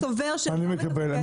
אני מקבל.